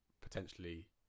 potentially